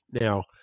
Now